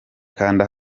kanda